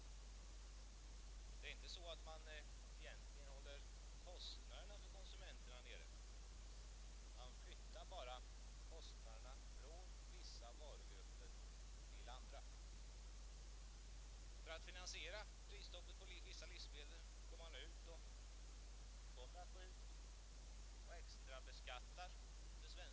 Risken för att det svenska jordbruket skall bli avstängt från den traditionella exportmarknaden inom EEC är påtaglig, och det är verkligen att hoppas att de förhandlingar som nu skall ta sin början i den blandade kommissionen angående Sveriges export av jordbruksprodukter till EEC-marknaden kommer att leda till resultat.